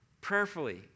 prayerfully